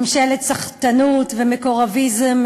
ממשלת סחטנות ומקורביזם,